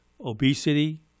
obesity